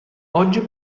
oggi